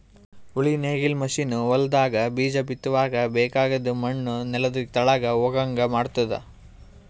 ಉಳಿ ನೇಗಿಲ್ ಮಷೀನ್ ಹೊಲದಾಗ ಬೀಜ ಬಿತ್ತುವಾಗ ಬೇಕಾಗದ್ ಮಣ್ಣು ನೆಲದ ತೆಳಗ್ ಹೋಗಂಗ್ ಮಾಡ್ತುದ